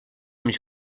mich